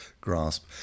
grasp